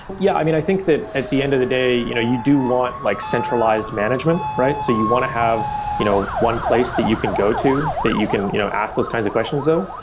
yeah. i mean, i think that at the end of the day, you know you do want like centralized management. so you want to have you know one place that you can go to that you can you know ask those kinds of questions of,